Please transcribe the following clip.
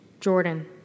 Jordan